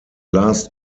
last